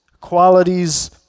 qualities